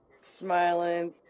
smiling